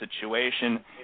situation